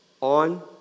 on